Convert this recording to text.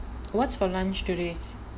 what's for lunch today